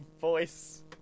voice